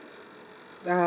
uh